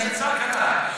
קטן.